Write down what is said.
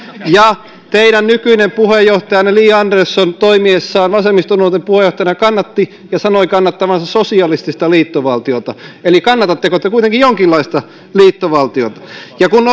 ja teidän nykyinen puheenjohtajanne li andersson toimiessaan vasemmistonuorten puheenjohtajana kannatti ja sanoi kannattavansa sosialistista liittovaltiota eli kannatatteko te kuitenkin jonkinlaista liittovaltiota ja kun